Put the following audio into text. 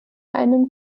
einem